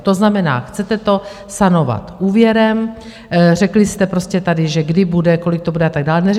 To znamená, chcete to sanovat úvěrem řekli jste prostě tady, že kdy bude, kolik to bude a tak dále.